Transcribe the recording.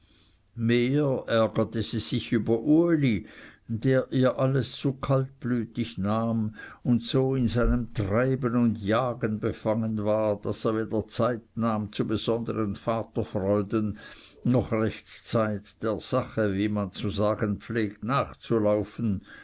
mehr ärgerte sie sich über uli der ihr alles zu kaltblütig nahm und so in seinem treiben und jagen befangen war daß er weder zeit nahm zu besonderen vaterfreuden noch recht zeit der sache wie man zu sagen pflegt nachzulaufen